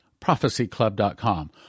prophecyclub.com